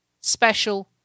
special